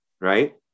right